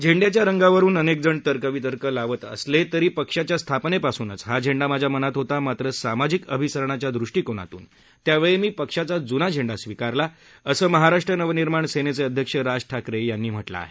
झेंड्याच्या रंगावरून अनेकजण तर्कवितर्क लावले जात असले तरी पक्षाच्या स्थापनेपासूनच हा झेंडा माझ्या मनात होता मात्र सामाजिक अभिसरणाच्या ृष्टीकोनातून त्यावेळी मी पक्षाचा जूना झेंडा स्विकारला होता असं महाराष्ट्र नवनिर्माण सेनेचे अध्यक्ष राज ठाकरे यांनी म्हटलं आहे